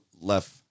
left